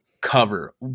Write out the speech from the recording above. cover